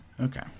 okay